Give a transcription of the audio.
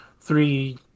three